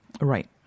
Right